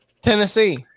Tennessee